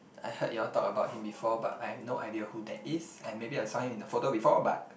I heard you all talk about him before but I have no idea who that is and maybe I saw him in a photo before but